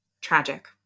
tragic